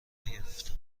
نگرفتم